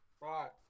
Right